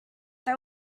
they